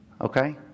okay